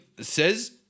Says